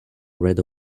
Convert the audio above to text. red